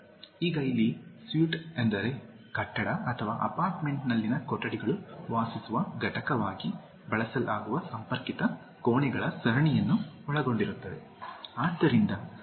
ಈಗ ಇಲ್ಲಿ ಸ್ವೀಟ್ ಎಂದರೆ ಕಟ್ಟಡ ಅಥವಾ ಅಪಾರ್ಟ್ಮೆಂಟ್ನಲ್ಲಿನ ಕೊಠಡಿಗಳು ವಾಸಿಸುವ ಘಟಕವಾಗಿ ಬಳಸಲಾಗುವ ಸಂಪರ್ಕಿತ ಕೋಣೆಗಳ ಸರಣಿಯನ್ನು ಒಳಗೊಂಡಿರುತ್ತದೆ